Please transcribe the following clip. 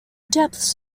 depths